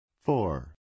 Four